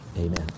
Amen